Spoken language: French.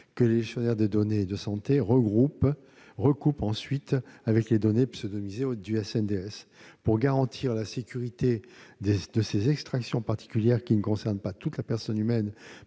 que les gestionnaires des données de santé recoupent ensuite avec les données pseudonymisées du SNDS. Pour garantir la sécurité de ces extractions particulières, qui ne concernent pas toutes la personne humaine,